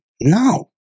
no